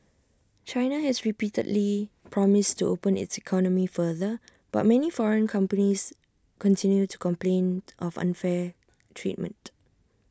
China has repeatedly promised to open its economy further but many foreign companies continue to complain of unfair treatment